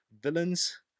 Villains